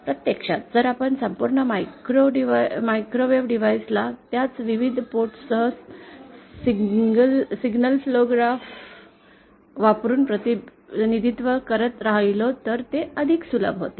प्रत्यक्षात जर आपण संपूर्ण मायक्रोवेव्ह डिव्हाइस ला त्याच्या विविध पोर्ट सह सिंगल फ्लो ग्राफ वापरुन प्रतिनिधित्व करत राहिलो तर ते अधिक सुलभ होते